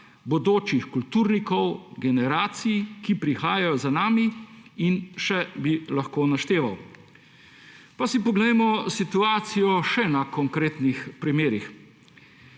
bodočih kulturnikov, generacij, ki prihajajo za nami, in še bi lahko našteval. Pa si poglejmo situacijo še na konkretnih primerih.